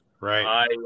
Right